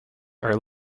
are